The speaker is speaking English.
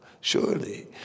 Surely